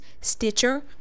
Stitcher